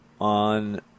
on